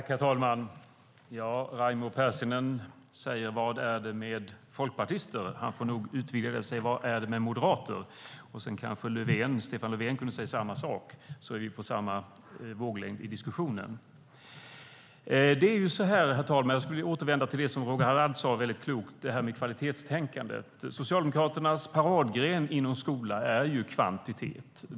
Herr talman! Raimo Pärssinen säger: Vad är det med folkpartister? Han får nog utvidga det till att säga: Vad är det med moderater? Sedan kan Stefan Löfven säga samma sak så är vi på samma våglängd i diskussionen. Jag vill återvända till det som Roger Haddad väldigt klokt sade om kvalitetstänkandet. Socialdemokraternas paradgren inom skolan är kvantitet.